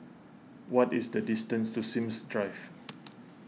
what is the distance to Sims Drive